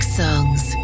songs